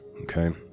Okay